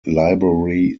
library